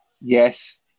Yes